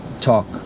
talk